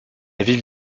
ville